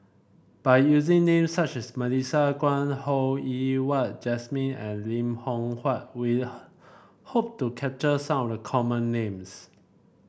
by using names such as Melissa Kwee Ho Yen Wah Jesmine and Lim Loh Huat we hope to capture some of the common names